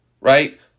right